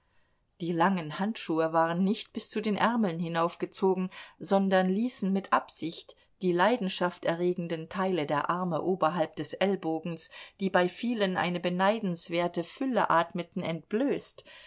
die langen handschuhe waren nicht bis zu den ärmeln hinaufgezogen sondern ließen mit absicht die leidenschaft erregenden teile der arme oberhalb des ellenbogens die bei vielen eine beneidenswerte fülle atmeten entblößt